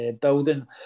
building